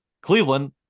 Cleveland